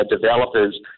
developers